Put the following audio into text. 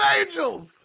angels